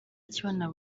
akibona